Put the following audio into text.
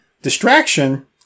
distraction